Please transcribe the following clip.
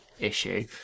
issue